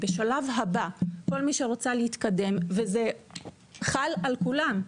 בשלב הבא, כל מי שרוצה להתקדם, וזה חל על כולן,